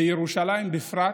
בירושלים בפרט,